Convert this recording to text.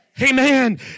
Amen